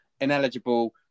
Ineligible